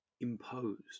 imposed